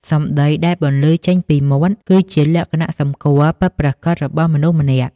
សម្ដីដែលបន្លឺចេញពីមាត់ គឺជា លក្ខណៈសម្គាល់ ពិតប្រាកដរបស់មនុស្សម្នាក់។